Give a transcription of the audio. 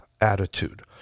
attitude